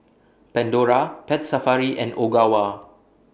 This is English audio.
Pandora Pet Safari and Ogawa